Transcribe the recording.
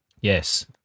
Yes